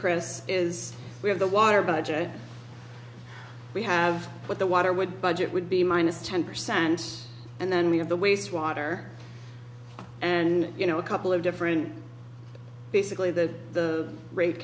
chris is we have the water budget we have what the water would budget would be minus ten percent and then we have the waste water and you know a couple of different basically that the ra